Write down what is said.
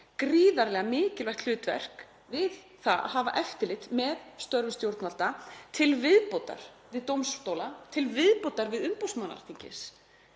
gríðarlega mikilvægu hlutverki við að hafa eftirlit með störfum stjórnvalda til viðbótar við dómstóla, til viðbótar við umboðsmann Alþingis,